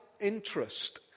interest